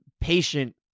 patient